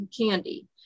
candy